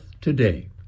today